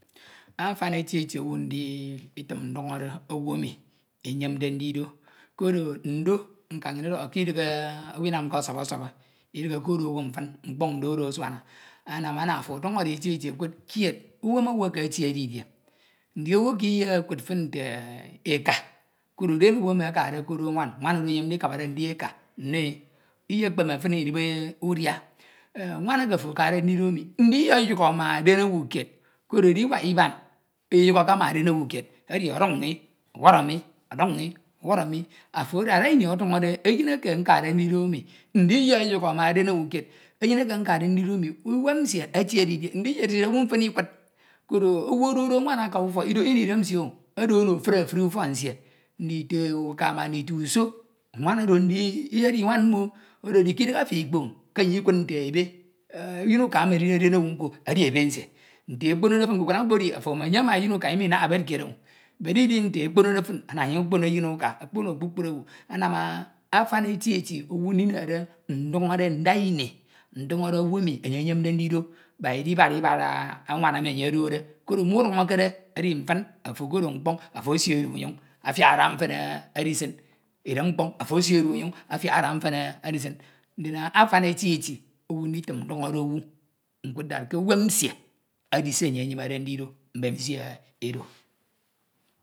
Afem eti eti owu nditim nduñode owu emi enyemde ndido koro ndo nkañ nnyin edọhọ kidihe enh owu Inamke ọsọbe ọsọbe, Idihe okodo owu mfin mkpọñ ndo oro asuana anam ana afo ọduñode eti eti okud kied uwem owu eke etie didie, ndi owu eke Iyekud fin nte eka koro dan owu emi akade okodo ñwan, nwan oro enyem ndikabade ndi eka nno e, Iyekpeme fin Idibi udia, enh nwan eke afo akade ndido emi ndi Iyeyukhọ ma den owu kied koro ediwak Iban Iyukhọke ma den owu kied, edi ọduk mi ọwọrọ mi, ọduk mi ọwọrọ mi, afo adada ini ọduñode eyin eke nkade ndido mi, ndi Iyoyukhọ ma den owu kied eyin eke nkade ndido mi ndi Iyoyukhọ ma den owu kied, uwem nsie etie didie ndi Iyedi owu mfen Ikud koro owu odode nwan aka ufọk, Idoho Ino Idem nsie o odo ono efuri efuri ufọk nsie, odo ono efuri efuri ufọk nsie, ndito uka ma ndito uso, nwan odo nde eyedi nwam mmo odo edi k’idihe afo Ikpoñ ke enye Ikud nte ebe, eyin uka emi edide eden owu edi ebe nsie, nte ekponode fin nkukura mkpo edi afo enye ma eyin uka Iminaha bed kied o bud Idi nte ekponode fin ana okpono eyin uka okpono kpukpri owu, anam afan eti eti owu ndinehede udunọde nda Ini nduñode owu emi enyemde ndino mak Idibad Ibad anwan emi enye ododo koro muduñọkede edi mfin afo okodo mkpoñ afo esi edo unyoñ afiak ada mfen edisin, edem mkpoñ afo esi edo unyuñ afiak ada mfen edisin, ndin afan eti eti owu nditim nduñọde owu nkud that k’uwem nsie edi se enye enyimede ndida mbemisi edo